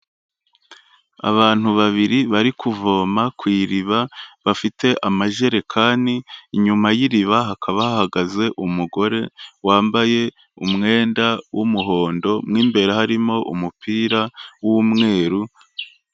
Abantu babiri bari kuvoma ku iriba, bafite amajerekani, inyuma y'iriba hakaba hahagaze umugore wambaye umwenda w'umuhondo, mo mbere harimo umupira w'umweru.